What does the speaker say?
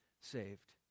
saved